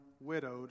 widowed